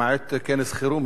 למעט כנס חירום,